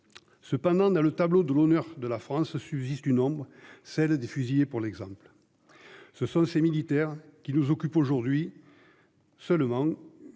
Cependant, dans le tableau de l'honneur de la France subsiste une ombre, celle des fusillés pour l'exemple. Ce sont ces militaires qui nous occupe aujourd'hui. Seulement,